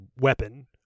weapon